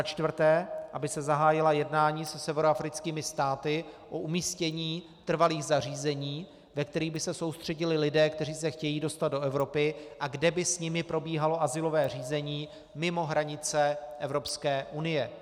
4. aby se zahájila jednání se severoafrickými státy o umístění trvalých zařízení, ve kterých by se soustředili lidé, kteří se chtějí dostat do Evropy, a kde by s nimi probíhalo azylové řízení mimo hranice Evropské unie.